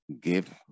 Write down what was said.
give